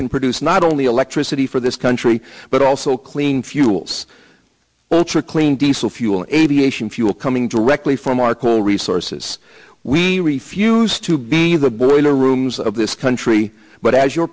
can produce not only electricity for this country but also clean fuels ultra clean diesel fuel and aviation fuel coming directly from our coal resources we refuse to be the boiler rooms of this country but as your